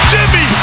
Jimmy